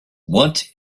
what